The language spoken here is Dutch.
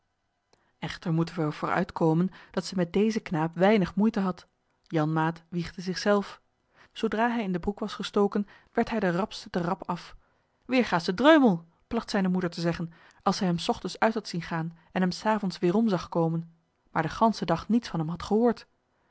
echter moeten we er voor uit komen dat zij met dezen knaap weinig moeite had janmaat wiegde zich zelf zoodra hij in de broek was gestoken werd hij den rapste te rap af weêrgasche dreumel plagt zijne moeder te zeggen als zij hem s ochtends uit had zien gaan en hem s avonds weêrom zag komen maar den ganschen dag niets van hem had gehoord